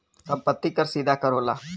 सम्पति कर सीधा कर होला